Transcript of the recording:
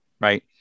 right